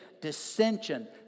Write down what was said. dissension